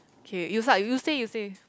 K you start you say you say